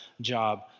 job